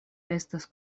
estas